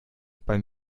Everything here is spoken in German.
beim